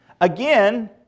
again